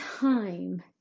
time